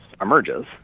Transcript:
emerges